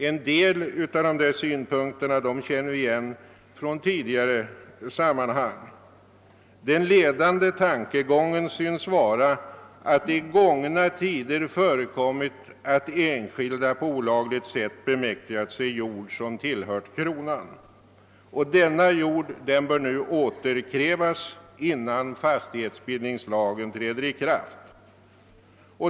En del av de synpunkter, som där anförts, känner vi igen från tidigare sammanhang. Den 1edande tankegången synes vara att det i gångna tider förekommit att enskilda på olagligt sätt bemäktigat sig jord som tillhört kronan och att denna jord nu bör återkrävas, innan fastighetsbildningslagen träder i kraft.